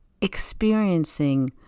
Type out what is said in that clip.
experiencing